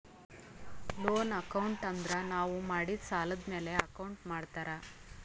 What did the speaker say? loan account ಅಂದುರ್ ನಾವು ಮಾಡಿದ್ ಸಾಲದ್ ಮ್ಯಾಲ ಅಕೌಂಟ್ ಮಾಡ್ತಾರ್